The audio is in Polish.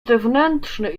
zewnętrzny